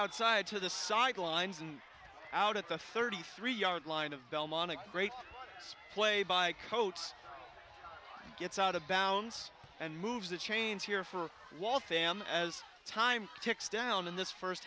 outside to the sidelines and out at the thirty three yard line of belmont to great play by coach gets out of bounds and moves the chains here for a while fam as time ticks down in this first